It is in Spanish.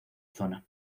zona